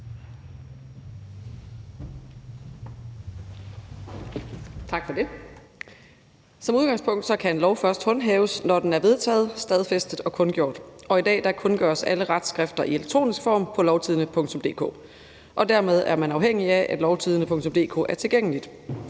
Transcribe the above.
Tak for det. Som udgangspunkt kan en lov først håndhæves, når den er vedtaget, stadfæstet og kundgjort. I dag kundgøres alle retsforskrifter i elektronisk form på lovtidende.dk, og dermed er man afhængig af, at lovtidende.dk er tilgængelig.